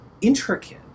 intricate